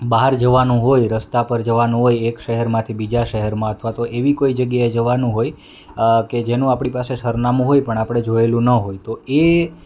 બહાર જવાનું હોય રસ્તા પર જવાનું હોય એક શહેરમાંથી બીજા શહેરમાં અથવા તો એવી કોઈ જગ્યાએ જવાનું હોય કે જેનું આપણી પાસે સરનામું હોય પણ આપણે જોયેલું ન હોય તો એ